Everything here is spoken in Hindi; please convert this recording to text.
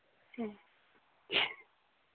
ठीक